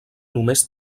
només